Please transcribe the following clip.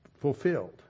fulfilled